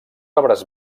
arbres